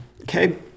okay